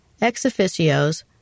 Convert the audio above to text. Ex-officios